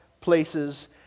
places